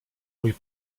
mój